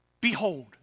Behold